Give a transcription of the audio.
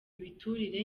ibiturire